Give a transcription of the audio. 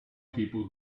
people